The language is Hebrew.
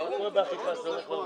ברור.